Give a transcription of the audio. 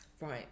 right